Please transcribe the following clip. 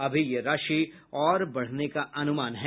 अभी यह राशि और बढ़ने का अनुमान है